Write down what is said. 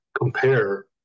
compare